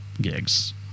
gigs